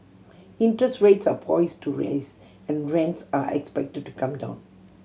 interest rates are poised to rise and rents are expected to come down